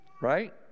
right